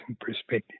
perspective